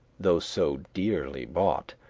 though so dearly bought,